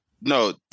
No